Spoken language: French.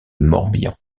morbihan